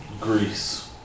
Greece